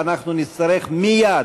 בעד.